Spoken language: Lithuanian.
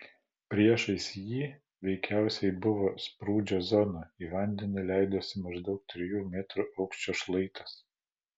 priešais jį veikiausiai buvo sprūdžio zona į vandenį leidosi maždaug trijų metrų aukščio šlaitas